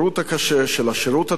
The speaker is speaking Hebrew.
של השירות התובעני,